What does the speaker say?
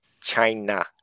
China